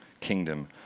kingdom